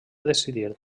decidir